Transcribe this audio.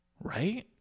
right